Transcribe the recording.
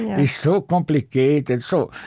he's so complicated. so,